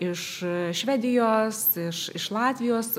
iš švedijos iš iš latvijos